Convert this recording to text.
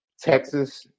Texas